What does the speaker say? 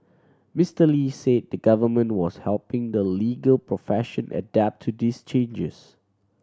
Mister Lee said the Government was helping the legal profession adapt to this changes